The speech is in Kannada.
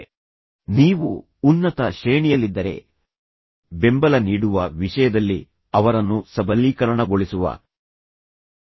ಆದ್ದರಿಂದ ನೀವು ಉನ್ನತ ಶ್ರೇಣಿಯಲ್ಲಿದ್ದರೆ ಬೆಂಬಲ ನೀಡುವ ವಿಷಯದಲ್ಲಿ ಅವರನ್ನು ಸಬಲೀಕರಣಗೊಳಿಸುವ ದೃಷ್ಟಿಯಿಂದ ಕೆಳಮಟ್ಟದಲ್ಲಿರುವವರನ್ನು ಬೆಳೆಸಲು ಪ್ರಯತ್ನಿಸಿ